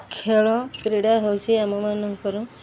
ଖେଳ କ୍ରୀଡ଼ା ହେଉଛିି ଆମମାନଙ୍କର